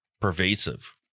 pervasive